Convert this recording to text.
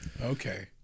Okay